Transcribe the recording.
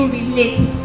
relate